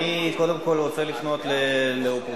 אני קודם כול רוצה לפנות לאופוזיציה,